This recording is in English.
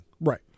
Right